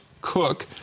Cook